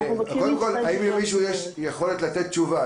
האם למישהו יש יכולת לתת תשובה?